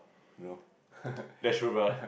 you know